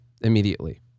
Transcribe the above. immediately